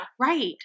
right